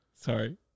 Sorry